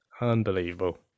Unbelievable